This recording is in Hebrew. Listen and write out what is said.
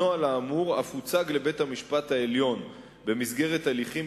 הנוהל האמור אף הוצג לבית-המשפט העליון במסגרת הליכים